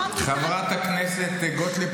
שמענו --- חברת הכנסת גוטליב,